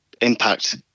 impact